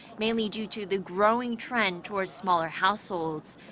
mainly due to the growing trend toward smaller households.